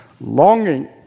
longing